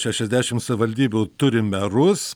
šešiasdešim savivaldybių turi merus